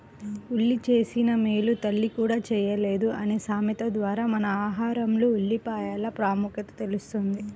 ఉల్లి చేసిన మేలు తల్లి కూడా చేయలేదు అనే సామెత ద్వారా మన ఆహారంలో ఉల్లిపాయల ప్రాముఖ్యత తెలుస్తుంది